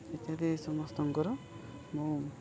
ଇତ୍ୟାଦି ଏ ସମସ୍ତଙ୍କର ମୁଁ